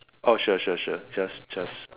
oh sure sure sure just just